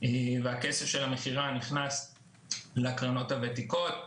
והכסף של המכירה נכנס לקרנות הוותיקות.